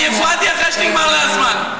אני הפרעתי אחרי שנגמר לה הזמן.